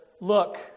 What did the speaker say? look